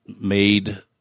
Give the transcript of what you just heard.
made